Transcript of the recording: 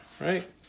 Right